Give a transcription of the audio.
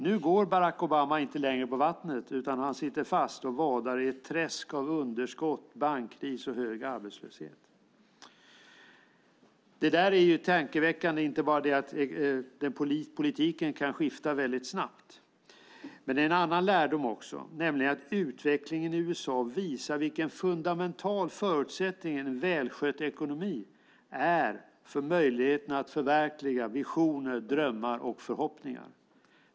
Nu går Barack Obama inte längre på vattnet, utan han sitter fast och vadar i ett träsk av underskott, bankkris och hög arbetslöshet. Detta är tankeväckande, och det gäller inte bara detta att politiken kan skifta snabbt. Det finns också en annan lärdom, nämligen att utvecklingen i USA visar vilken fundamental förutsättning en välskött ekonomi är för möjligheten att förverkliga visioner, drömmar och förhoppningar.